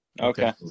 Okay